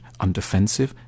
undefensive